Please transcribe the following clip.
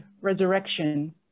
resurrection